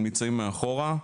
הם נמצאים מאחורה.